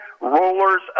rulers